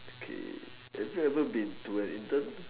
okay have you ever been to an intern